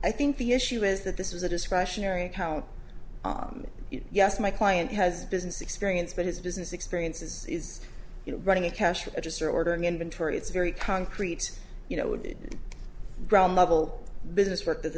i think the issue is that this was a discretionary account yes my client has business experience but his business experience is you know running a cash register ordering inventory it's a very concrete you know ground level business for